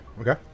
Okay